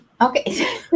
Okay